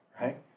right